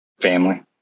Family